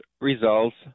results